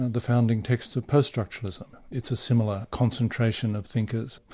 the founding texts of post-structuralism. it's a similar concentration of thinkers.